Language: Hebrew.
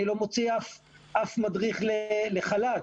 אני לא מוציא שום מדריך לחל"ת.